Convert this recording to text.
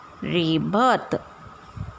rebirth